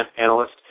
analyst